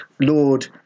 Lord